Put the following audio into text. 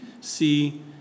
see